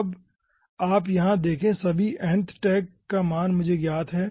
अब आप यहाँ देखें सभी nth टैग का मान मुझे ज्ञात हैं